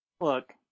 look